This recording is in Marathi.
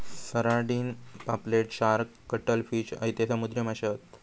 सारडिन, पापलेट, शार्क, कटल फिश हयते समुद्री माशे हत